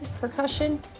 percussion